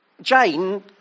Jane